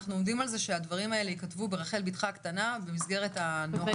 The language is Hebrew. אנחנו עומדים על זה שהדברים האלה ייכתבו ברחל ביתך הקטנה במסגרת הנוהל